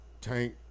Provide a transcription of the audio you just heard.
Tank